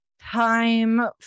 time